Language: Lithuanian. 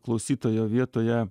klausytojo vietoje